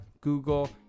Google